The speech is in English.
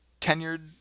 tenured